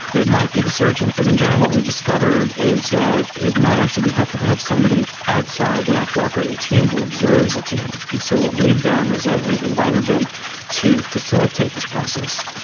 but it might be the surgeon but in general what we've discovered is that it might actually be helpful to have somebody outside the actual operating team who observes the team. and so what we've done is we've invited them to facilitate this process,